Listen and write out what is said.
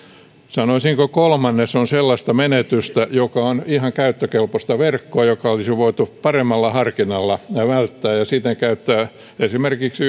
sanoisinko kolmannes on sellaista menetystä joka on ihan käyttökelpoista verkkoa mikä olisi voitu paremmalla harkinnalla välttää ja siten käyttää esimerkiksi